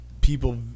people